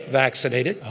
vaccinated